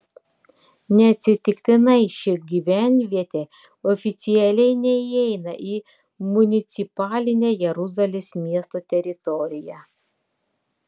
neatsitiktinai ši gyvenvietė oficialiai neįeina į municipalinę jeruzalės miesto teritoriją